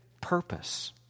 purpose